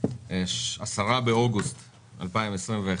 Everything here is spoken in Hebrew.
10 באוגוסט 2021,